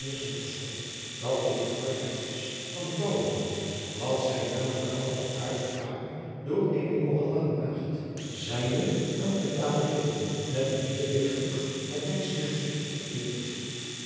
verstond dat dit de arbeid was van vrouwehanden dat zij namelijk alle vervaardigd waren door eene zijnde elk der tafereelen met een vierregelig latijnsch dichtsstukje vereerd